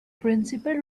principal